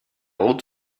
ort